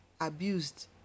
abused